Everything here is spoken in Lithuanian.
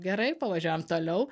gerai pavažiuojam toliau